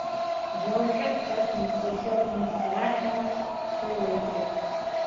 džordžą tas netiesioginis prašymas sulaikė